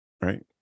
right